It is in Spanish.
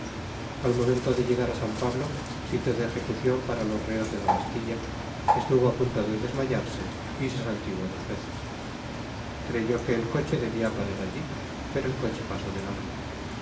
al momento de llegar á san pablo sitio de ejecucion para los reos de la bastilla estuvo á punto de desmayarse y se santiguó dos veces creyó que el coche debia parar alli pero el coche pasó de largo